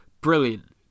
brilliant